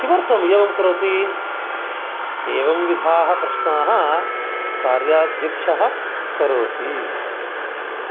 किमर्थं एवं करोति एवं विधाः प्रश्नाः कार्याध्यक्षः करोति